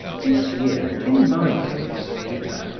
this year, in my case, reader,